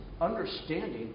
understanding